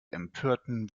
empörten